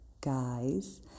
Guys